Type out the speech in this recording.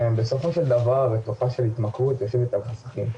בסופו של דבר התופעה של התמכרות יושבת על חסכים,